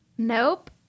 Nope